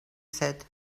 said